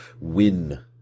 win